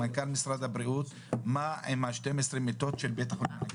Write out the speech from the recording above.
ממנכ"ל משרד הבריאות מה הן השתיים עשרה מיטות של בית החולים האנגלי.